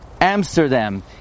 Amsterdam